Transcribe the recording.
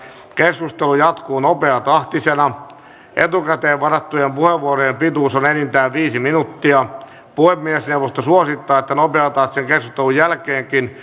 keskustelu jatkuu nopeatahtisena etukäteen varattujen puheenvuorojen pituus on enintään viisi minuuttia puhemiesneuvosto suosittaa että nopeatahtisen keskustelun jälkeenkin